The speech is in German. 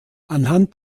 anhand